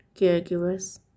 caregivers